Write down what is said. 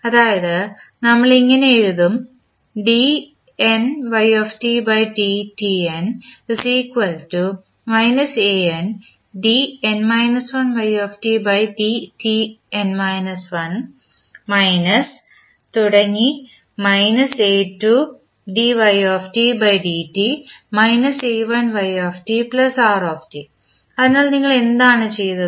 അതായത് നമ്മൾ ഇങ്ങനെ എഴുതും അതിനാൽ നിങ്ങൾ എന്താണ് ചെയ്തത്